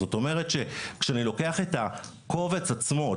זאת אומרת שכשאני לוקח את הקובץ עצמו,